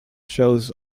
shows